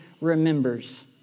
remembers